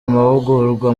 amahugurwa